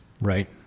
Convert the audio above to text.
Right